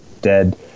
dead